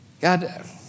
God